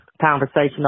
conversation